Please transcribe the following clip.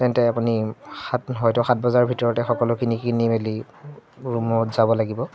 তেন্তে আপুনি সাত হয়তো সাত বজাৰ ভিতৰতে সকলোখিনি কিনি মেলি ৰুমত যাব লাগিব